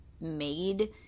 made